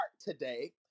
today